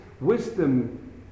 wisdom